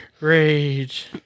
Rage